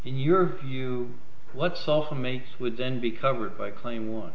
in your view let's also makes would then be covered by a claim on